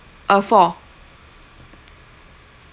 uh four